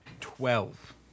Twelve